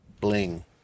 bling